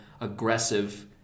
aggressive